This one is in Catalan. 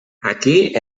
aquí